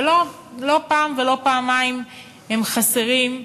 שלא פעם ולא פעמיים הם חסרים,